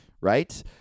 Right